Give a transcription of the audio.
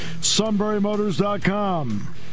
SunburyMotors.com